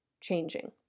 changing